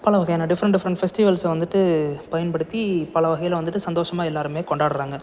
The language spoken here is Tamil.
பல வகையான டிஃப்ரெண்ட் டிஃப்ரெண்ட் ஃபெஸ்டிவல்ஸ்ஸை வந்துட்டு பயன்படுத்தி பல வகையில் வந்துட்டு சந்தோசமாக எல்லாருமே கொண்டாடுறாங்க